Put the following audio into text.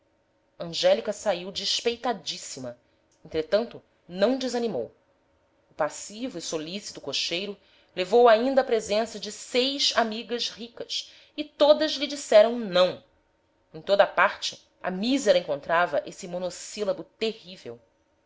a miséria angélica saiu despeitadíssima entretanto não desanimou o passivo e solícito cocheiro levou-a ainda à presença de seis amigas ricas e todas lhe disseram não em toda parte a mísera encontrava esse monossílabo terrível